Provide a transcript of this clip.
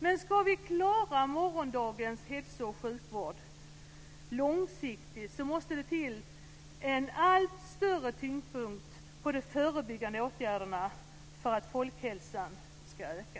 Men ska vi klara morgondagens hälso och sjukvård långsiktigt måste det till en allt större tyngdpunkt på de förebyggande åtgärderna för att folkhälsan ska öka.